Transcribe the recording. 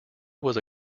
was